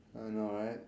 I know right